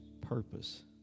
purpose